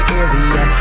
area